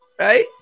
right